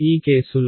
ఈ కేసులో